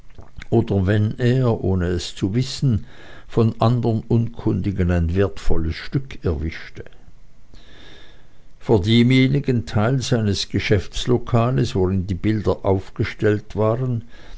oder wenn er ohne es zu wissen von andern unkundigen ein wertvolles stück erwischte vor demjenigen teil seines geschäftslokales worin die bilder aufgestellt waren